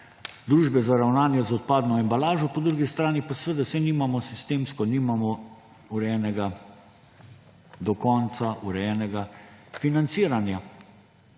družbe za ravnanje z odpadno embalažo, po drugi strani pa seveda saj nimamo sistemsko do konca urejenega financiranja.